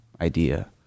idea